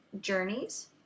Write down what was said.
journeys